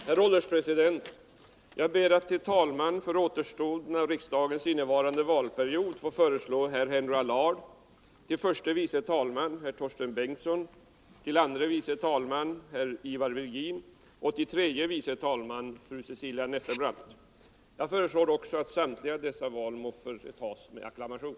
Herr ålderspresident! Jag ber att till talman för återstoden av riksdagens innevarande valperiod få föreslå herr Henry Allard, till förste vice talman herr Torsten Bengtson, till andre vice talman herr Ivar Virgin och till tredje vice talman fru Cecilia Nettelbrandt. Jag föreslår också att samtliga dessa val måtte företas med acklamation.